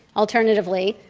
alternatively,